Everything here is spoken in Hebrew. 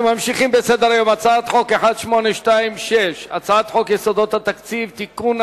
אנחנו ממשיכים בסדר-היום: הצעת חוק יסודות התקציב (תיקון,